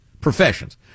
professions